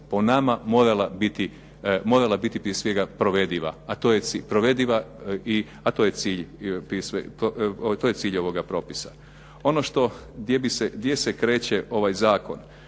po nama morala biti prije svega provediva, a to je cilj ovoga propisa. Ono gdje se kreće ovaj zakon.